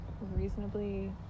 reasonably